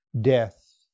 death